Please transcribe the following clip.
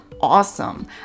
awesome